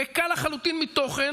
ריקה לחלוטין מתוכן.